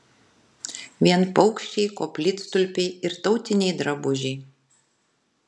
vien paukščiai koplytstulpiai ir tautiniai drabužiai